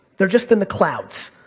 they're just in the clouds,